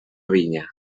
vinya